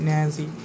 Nazi